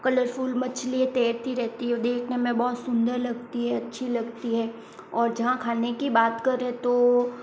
colourful मछलियाँ तैरती रहती हैं देखने में बहुत सुंदर लगती हैं अच्छी लगती हैं और जहाँ खाने कि बात करें तो